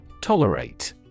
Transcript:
Tolerate